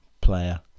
Player